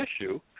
issue